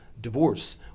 divorce